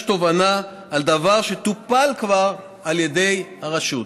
תובענה על דבר שכבר טופל על ידי הרשות.